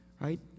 Right